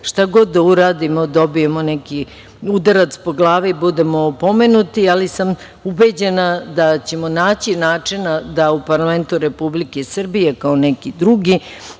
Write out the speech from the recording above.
šta god da uradimo dobijemo neki udarac po glavi, budemo opomenuti, ali sam ubeđena da ćemo naći načina da u parlamentu Republike Srbije kao neki drugi